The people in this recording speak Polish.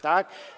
Tak?